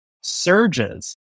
surges